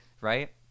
right